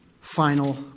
final